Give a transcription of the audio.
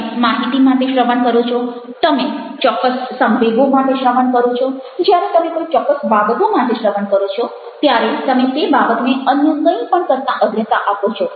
તમે માહિતી માટે શ્રવણ કરો છો તમે ચોક્કસ સંવેગો માટે શ્રવણ કરો છો જ્યારે તમે કોઈ ચોક્કસ બાબતો માટે શ્રવણ કરો છોત્યારે તમે તે બાબતને અન્ય કંઈ પણ કરતાં અગ્રતા આપો છો